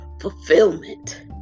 fulfillment